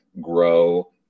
grow